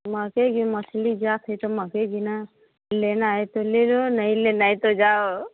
महकेगी मछली गैस है त महकेगी न लेना है तो ले लो नहीं लेना है तो जाओ